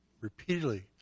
repeatedly